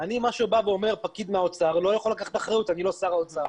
מה שאומר פקיד מהאוצר אני לא יכול לקחת אחריות אני לא שר האוצר